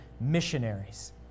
missionaries